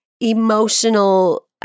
emotional